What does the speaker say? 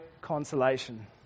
consolation